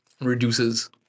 reduces